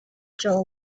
joel